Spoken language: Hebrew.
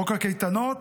חוק הקייטנות